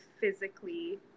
physically